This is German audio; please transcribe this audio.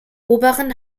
oberen